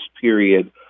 period